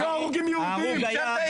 היו הרוגים יהודים.